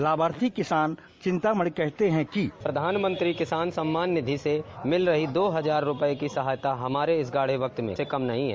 लाभार्थी किसान चिंतामणि कहते हैं प्रधानमंत्री किसान सम्मान निधि से मिल रही दो हजार रूपये की सहायता हमारे इस गाढ़े वक्त में से कम नहीं है